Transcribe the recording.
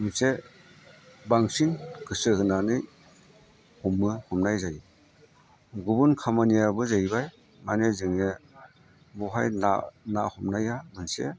मोनसे बांसिन गोसो होनानै हमो हमनाय जायो गुबुन खामानियाबो जाहैबाय माने जोङो बेवहाय ना ना हमनाया मोनसे